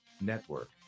Network